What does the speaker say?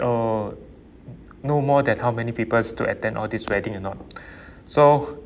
oh no more than how many peoples to attend all this wedding or not so